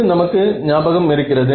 இது நமக்கு ஞாபகம் இருக்கிறது